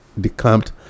decamped